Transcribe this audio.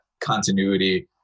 continuity